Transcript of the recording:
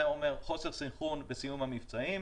זה אומר חוסר סנכרון בציון המבצעים.